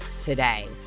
today